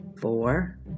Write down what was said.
four